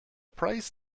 prays